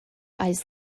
eyes